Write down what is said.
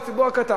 הציבור הקטן.